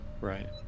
Right